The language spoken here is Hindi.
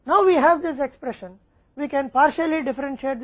dou t C by dou s 0 के बराबर होता है